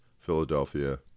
Philadelphia